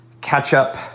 catch-up